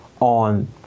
on